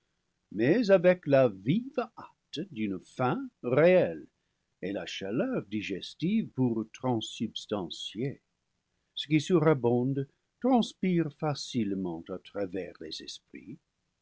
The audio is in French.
mais avec la vive hâte d'une faim réelle et la chaleur digestive pour transubstancier ce qui surabonde transpire facilement à travers les esprits